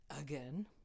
again